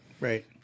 Right